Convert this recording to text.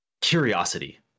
Curiosity